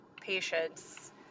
patients